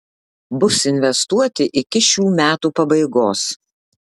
bus investuoti iki šių metų pabaigos